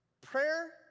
Prayer